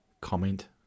comment